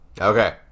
Okay